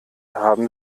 haben